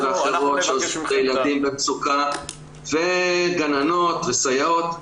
ואחרות שעובדות עם ילדים במצוקה וגננות וסייעות.